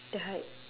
the height